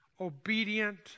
obedient